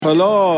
Hello